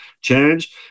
change